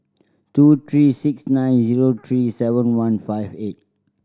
two three six nine zero three seven one five eight